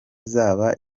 zaba